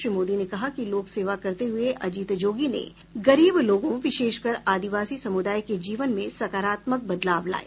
श्री मोदी ने कहा कि लोक सेवा करते हुए अजित जोगी ने गरीब लोगों विशेषकर आदिवासी समुदाय के जीवन में सकारात्मक बदलाव लाये